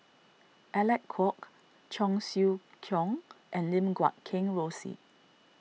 Alec Kuok Cheong Siew Keong and Lim Guat Kheng Rosie